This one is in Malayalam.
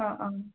ആ ആ